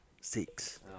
Six